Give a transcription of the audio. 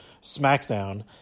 SmackDown